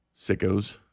sickos